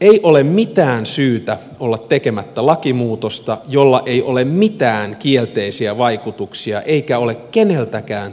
ei ole mitään syytä olla tekemättä lakimuutosta jolla ei ole mitään kielteisiä vaikutuksia ja joka ei ole keneltäkään toiselta pois